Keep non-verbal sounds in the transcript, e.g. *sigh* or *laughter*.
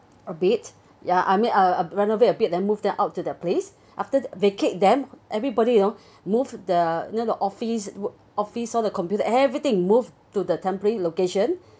a bit ya I mean I I renovate a bit and then move them out to the place after vacate them everybody you know *breath* move the near the office office all the computer everything moved to the temporary location *breath*